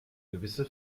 gewisse